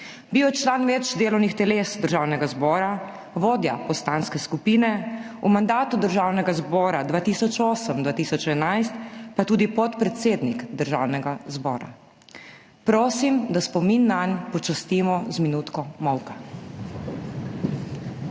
je član več delovnih teles Državnega zbora, vodja poslanske skupine v mandatu Državnega zbora 2008-2011, pa tudi podpredsednik Državnega zbora. Prosim, da spomin nanj počastimo z minutko molka.